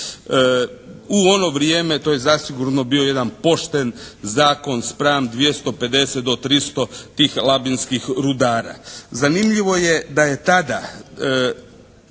U ono vrijeme to je zasigurno bio jedan pošten zakon spram 250 do 300 tih labinskih rudara. Zanimljivo je da je tada